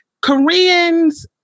Koreans